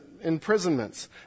imprisonments